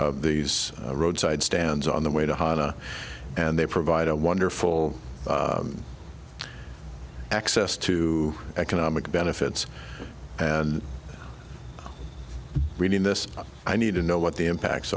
these roadside stands on the way to hire and they provide a wonderful access to economic benefits and reading this i need to know what the impacts